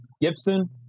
Gibson